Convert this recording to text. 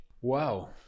Wow